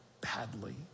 badly